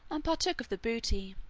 and partook of the booty